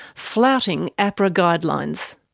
flouting ahpra guidelines.